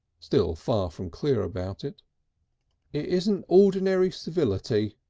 still far from clear about it. it isn't ordinary civility,